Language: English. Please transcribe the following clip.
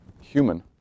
human